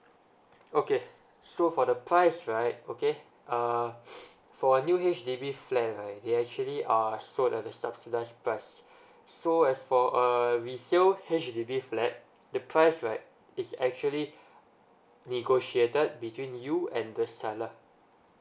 okay so for the price right okay uh for a new H_D_B flat right they actually are sold at the subsidized price so as for a resale H_D_B flat the price right is actually negotiated between you and the seller